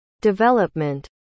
development